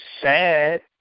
sad